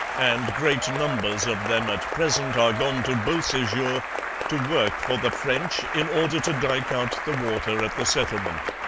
and great numbers of them at present are gone to beausejour to work for the french, in order to dyke out the water at the settlement